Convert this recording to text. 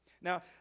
Now